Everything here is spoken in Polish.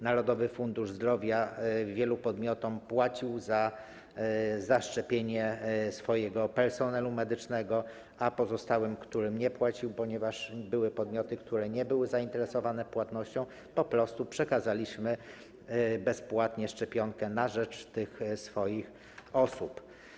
Narodowy Fundusz Zdrowia wielu podmiotom płacił za zaszczepienie swojego personelu medycznego, a pozostałym, którym nie płacił, ponieważ były podmioty, które nie były zainteresowane płatnością, po prostu przekazaliśmy bezpłatnie szczepionkę na rzecz tych osób.